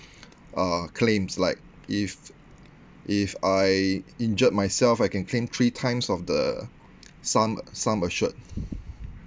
uh claims like if if I injured myself I can claim three times of the sum sum assured